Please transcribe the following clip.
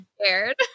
scared